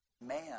man